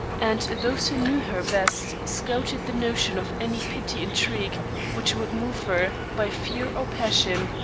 and those who knew her best scouted the notion of any petty intrigue which would move her, by fear or passion,